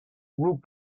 root